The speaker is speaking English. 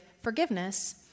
forgiveness